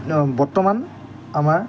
অঁ বৰ্তমান আমাৰ